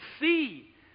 see